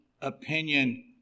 opinion